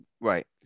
Right